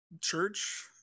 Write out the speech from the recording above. church